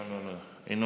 גם אינו נוכח,